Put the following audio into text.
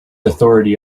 authority